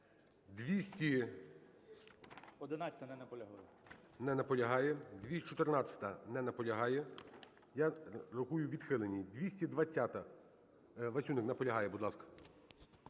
Не наполягає. 214-а. Не наполягає. Я рахую відхилені. 220-а. Васюник наполягає. Будь ласка.